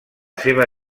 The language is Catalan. seva